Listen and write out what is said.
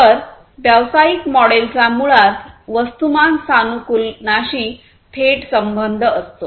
तर व्यावसायिक मॉडेलचा मुळात वस्तुमान सानुकूलनाशी थेट संबंध असतो